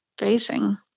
facing